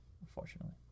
unfortunately